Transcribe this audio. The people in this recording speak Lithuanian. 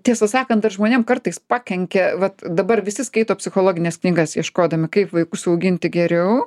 tiesą sakant dar žmonėm kartais pakenkia vat dabar visi skaito psichologines knygas ieškodami kaip vaikus auginti geriau